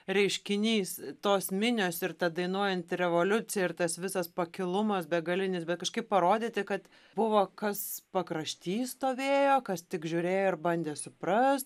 reiškinys tos minios ir ta dainuojanti revoliucija ir tas visas pakilumas begalinis bet kažkaip parodyti kad buvo kas pakrašty stovėjo kas tik žiūrėjo ir bandė suprast